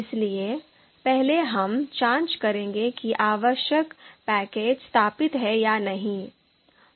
इसलिए पहले हम जांच करेंगे कि आवश्यक पैकेज स्थापित हैं या नहीं